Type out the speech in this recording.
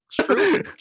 True